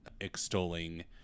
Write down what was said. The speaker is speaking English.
extolling